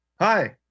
hi